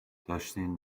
داشتین